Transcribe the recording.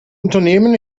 unternehmen